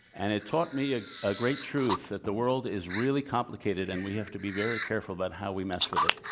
and it taught me a ah great truth that the world is really complicated, and we have to be very careful about how we mess with it.